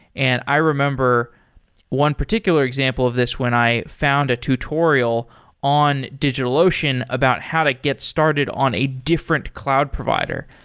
and i remember one particular example of this when i found a tutorial on digitalocean about how to get started on a different cloud provider.